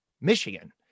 Michigan